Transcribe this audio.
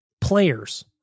players